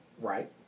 Right